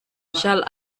shall